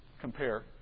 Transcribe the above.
compare